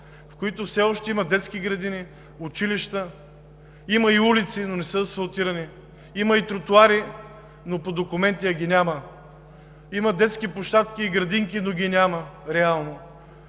в които все още има живот, има детски градини, училища, улици, но не са асфалтирани, има и тротоари, но по документи, а ги няма, има детски площадки и градинки, но реално